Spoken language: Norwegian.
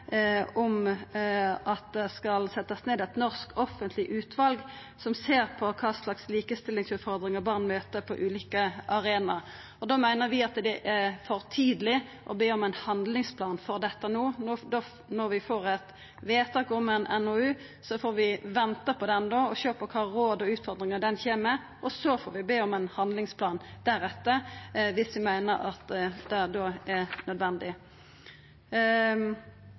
om at det skal setjast ned eit norsk offentleg utval som ser på kva slags likestillingsutfordringar barn møter på ulike arenaer. Da meiner vi at det er for tidleg å be om ein handlingsplan for dette no. Når vi får eit vedtak om ein NOU, får vi venta på det og sjå kva råd og utfordringar som kjem der, og så får vi be om ein handlingsplan viss vi da meiner at det er nødvendig.